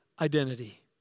identity